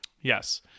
Yes